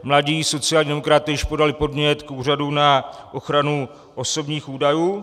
Mladí sociální demokraté již podali podnět k Úřadu na ochranu osobních údajů.